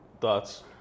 thoughts